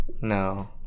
No